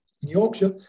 Yorkshire